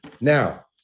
Now